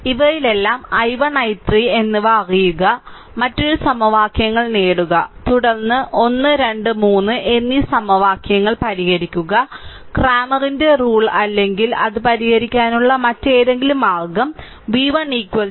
ഇവയിലെല്ലാം i1 i3 എന്നിവ അറിയുക മറ്റൊരു സമവാക്യങ്ങൾ നേടുക തുടർന്ന് 1 2 3 എന്നീ സമവാക്യങ്ങൾ പരിഹരിക്കുക ക്രാമറിന്റെ ഭരണം അല്ലെങ്കിൽ അത് പരിഹരിക്കാനുള്ള മറ്റേതെങ്കിലും മാർഗ്ഗം v1 45